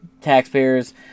taxpayers